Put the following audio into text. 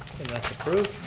and that's approved.